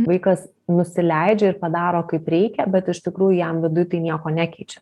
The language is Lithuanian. vaikas nusileidžia ir padaro kaip reikia bet iš tikrųjų jam viduj tai nieko nekeičia